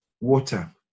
water